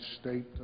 State